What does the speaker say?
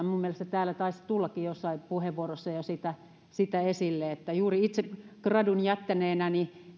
minun mielestäni se täällä taisi tullakin jossain puheenvuorossa jo esille juuri itse gradun jättäneenä